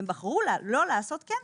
ובחרו לא לעשות כן,